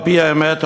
על-פי האמת,